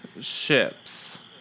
ships